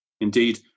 Indeed